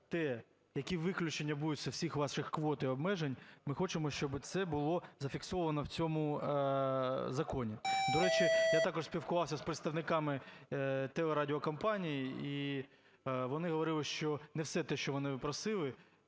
те, які виключення будуть з усіх ваших квот і обмежень, ми хочемо, щоби це було зафіксовано в цьому законі. До речі, я також спілкувався з представниками телерадіокомпаній, і вони говорили, що не все те, що вони просили